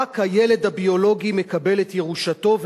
רק הילד הביולוגי מקבל את ירושתו,